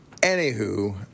Anywho